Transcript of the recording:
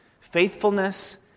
faithfulness